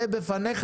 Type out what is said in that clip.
ובפניך,